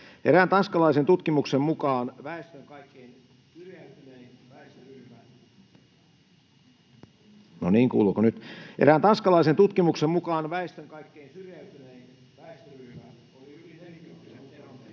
Erään tanskalaisen tutkimuksen mukaan väestön kaikkein syrjäytynein väestöryhmä oli yli